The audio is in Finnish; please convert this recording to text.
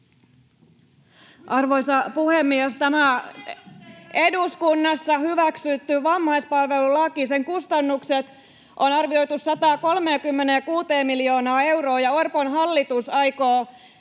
Arvoisa puhemies! Tämän eduskunnassa hyväksytyn vammaispalvelulain kustannukset on arvioitu 136 miljoonaan euroon ja Orpon hallitus aikoo